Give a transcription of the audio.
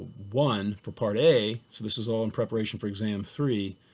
one for part a, so this is all in preparation for exam three,